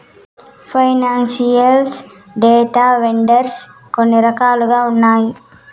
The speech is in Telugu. ఫైనాన్సియల్ డేటా వెండర్స్ కొన్ని రకాలుగా ఉన్నాయి